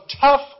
tough